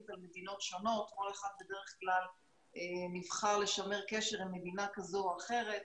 על מדינות שונות או שאחד נבחר לשמר קשר עם מדינה כזו או אחרת.